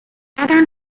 northern